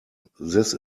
this